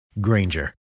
Granger